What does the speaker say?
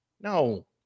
No